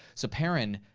so perrin,